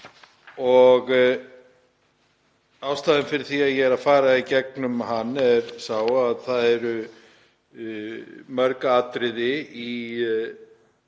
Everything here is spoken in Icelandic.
Ástæðan fyrir því að ég er að fara í gegnum hann er sú að það eru mörg atriði í